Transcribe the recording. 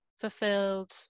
fulfilled